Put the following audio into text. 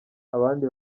abandi